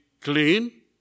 clean